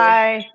Bye